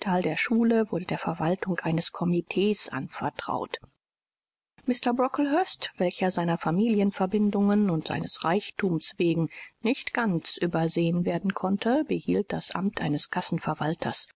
der schule wurde der verwaltung eines komitees anvertraut mr brocklehurst welcher seiner famlienverbindungen und seines reichtums wegen nicht ganz übersehen werden konnte behielt das amt eines